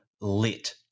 lit